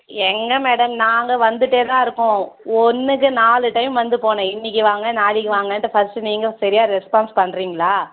எங்கே மேடம் நாங்கள் வந்துகிட்டே தான் இருக்கோம் ஒன்றுக்கு நாலு டைம் வந்து போனேன் இன்றைக்கு வாங்க நாளைக்கு வாங்கனுட்டு ஃபர்ஸ்ட் நீங்கள் சரியா ரெஸ்பான்ஸ் பண்ணுறீங்களா